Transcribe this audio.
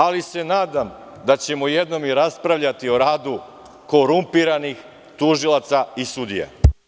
Ali se nadam da ćemo jednom i raspravljati o radu korumpiranih tužilaca i sudija.